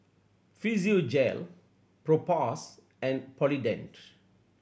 Physiogel Propass and Polident